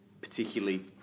particularly